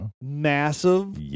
massive